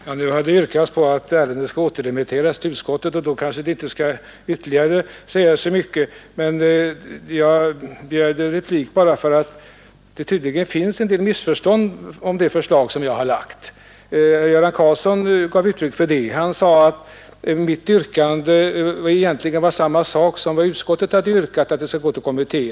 Herr talman! Det har nu yrkats på att ärendet skall återremitteras till utskottet. Då kanske det inte skall sägas så mycket ytterligare. Jag begärde replik bara därför att det tydligen finns en del missförstånd om det förslag som jag har framlagt. Herr Göran Karlsson gav uttryck för det. Han sade att mitt yrkande innebar samma sak som utskottets yrkande, att förslaget skulle gå till kommittén.